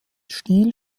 stil